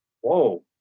whoa